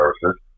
Services